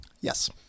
Yes